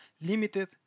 limited